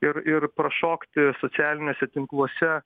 ir ir prašokti socialiniuose tinkluose